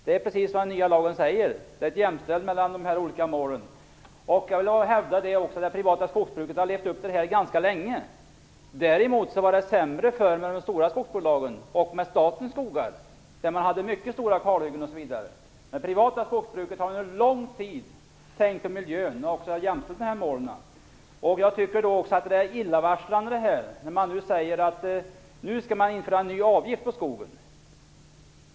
Det är precis vad som sägs i den nya lagen, att de olika målen är jämställda. Jag vill hävda att det privata skogsbruket har levt upp till detta ganska länge. Däremot var det sämre förr med de stora skogsbolagen och statens skogar, där man hade mycket stora kalhyggen osv. Men i det privata skogsbruket har man under lång tid tänkt på miljön samt också jämställt målen. Det är illavarslande att man säger att man nu skall införa en ny avgift på skogen.